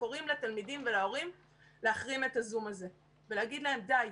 קוראים לתלמידים ולהורים להחרים את הזום הזה ולהגיד להם: די.